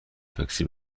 تاکسی